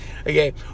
okay